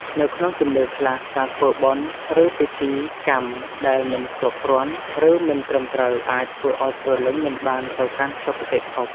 នៅក្នុងជំនឿខ្លះ ការធ្វើបុណ្យ ឬពិធីកម្មដែលមិនគ្រប់គ្រាន់ ឬមិនត្រឹមត្រូវអាចធ្វើឱ្យព្រលឹងមិនបានទៅកាន់សុគតិភព។